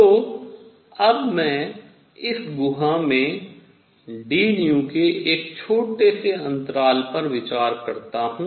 तो अब मैं इस गुहा में d के एक छोटे से अंतराल पर विचार करता हूँ